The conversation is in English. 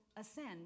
ascend